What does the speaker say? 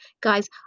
guys